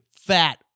fat